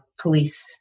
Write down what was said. police